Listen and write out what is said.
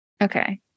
Okay